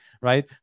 right